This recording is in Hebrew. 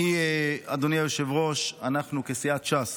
אדוני היושב-ראש, אנחנו כסיעת ש"ס